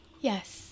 Yes